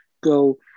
go